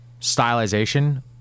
stylization